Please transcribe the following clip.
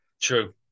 true